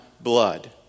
blood